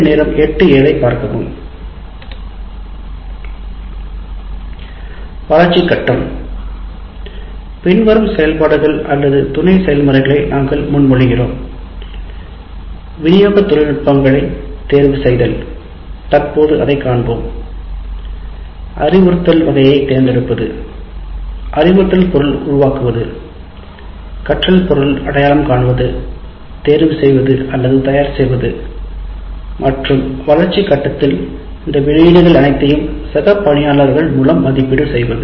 வளர்ச்சி கட்டம் பின்வரும் செயல்பாடுகள் அல்லது துணை செயல்முறைகளை நாங்கள் முன்மொழிகிறோம் விநியோக தொழில்நுட்பங்கள் தேர்வு செய்தல் தற்போது அதைக் காண்போம் அறிவுறுத்தல் வகையைத் தேர்ந்தெடுப்பது அறிவுறுத்தல் பொருள் உருவாக்குவது கற்றல் பொருள் அடையாளம் காணுவது தேர்வு செய்வது தயார் செய்வது மற்றும் வளர்ச்சிக் கட்டத்தின் இந்த வெளியீடுகள் அனைத்தையும் சக பணியாளர்கள் மூலம் மதிப்பீடு செய்வது